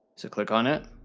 so click on it.